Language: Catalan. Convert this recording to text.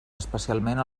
especialment